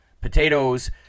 potatoes